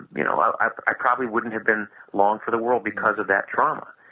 you know, i probably wouldn't have been long for the world because of that trauma.